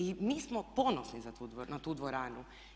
I mi smo ponosni na tu dvoranu.